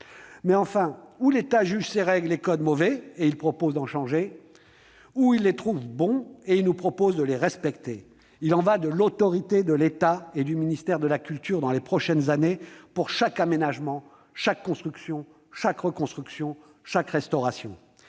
Mais enfin, ou l'État juge ses règles et ses codes mauvais, auquel cas il propose d'en changer, ou ils les trouvent bons et il nous propose de les respecter. Il y va de l'autorité de l'État et du ministère de la culture dans les prochaines années, pour chaque aménagement, chaque construction, chaque reconstruction, chaque restauration.